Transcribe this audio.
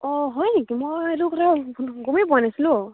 অঁ হয় নেকি মই এইটো কথা গমে পোৱা নাছিলোঁ অ'